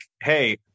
hey